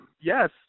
Yes